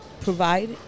provide